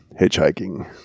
hitchhiking